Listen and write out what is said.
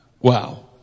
Wow